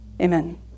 Amen